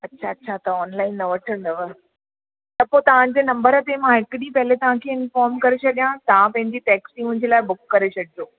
अच्छा अच्छा तव्हां ऑनलाइन न वठंदव त पोइ तव्हां जे नंबर ते मां हिकु डींहुं पहले तव्हां खे इन्फॉर्म करे छॾियां तव्हां पंहिंजी टैक्सी मुंहिंजे लाइ बुक करे छॾिजो